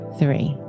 three